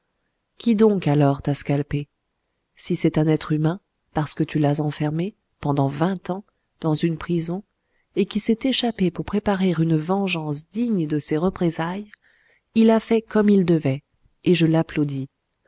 qui donc alors t'a scalpé si c'est un être humain parce que tu l'as enfermé pendant vingt ans dans une prison et qui s'est échappé pour préparer une vengeance digne de ses représailles il a fait comme il devait et je l'applaudis